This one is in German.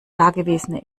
dagewesene